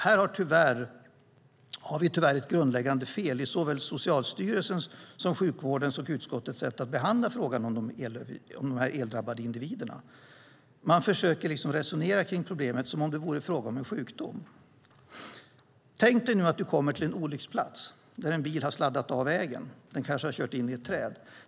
Här har vi tyvärr ett grundläggande fel i såväl Socialstyrelsens som sjukvårdens och utskottets sätt att behandla frågan om de eldrabbade individerna. Man försöker resonera kring problemet som om det vore fråga om en sjukdom. Tänk dig att du kommer till en olycksplats där en bil har sladdat av vägen och kanske har kört in i ett träd.